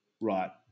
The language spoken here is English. right